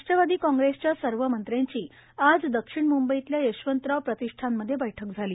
राष्ट्रवादी काँग्रक्षच्या सर्व मंत्र्यांची आज दक्षिण मंंबईतल्या यशवंतराव प्रतिष्ठानमध्य बैठक झाली